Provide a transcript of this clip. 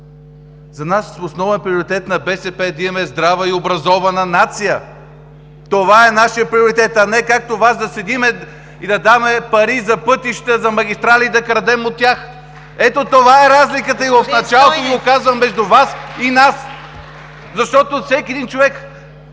За нас основен приоритет, на БСП, е да имаме здрава и образована нация! Това е нашият приоритет, а не, както Вас, да седим и да даваме пари за пътища, за магистрали и да крадем от тях! Ето, това е разликата и от началото Ви го казвам – между Вас и нас. (Ръкопляскания от